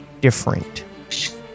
different